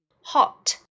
Hot